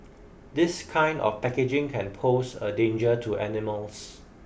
this kind of packaging can pose a danger to animals